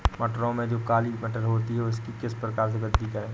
मटरों में जो काली मटर होती है उसकी किस प्रकार से वृद्धि करें?